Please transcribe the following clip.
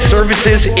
Services